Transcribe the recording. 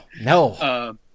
no